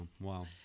wow